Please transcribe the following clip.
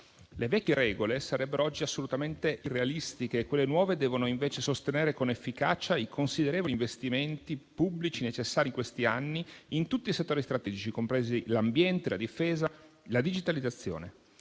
Le vecchie regole sarebbero oggi assolutamente irrealistiche e quelle nuove devono invece sostenere con efficacia i considerevoli investimenti pubblici necessari in questi anni in tutti i settori strategici, compresi l'ambiente, la difesa e la digitalizzazione.